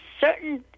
certain